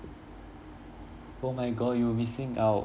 oh my god you missing out